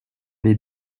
les